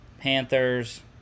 Panthers